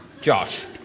Josh